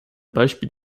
beispiel